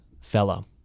fellow